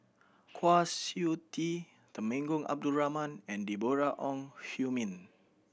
Kwa Siew Tee Temenggong Abdul Rahman and Deborah Ong Hui Min